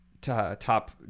top